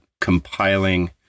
compiling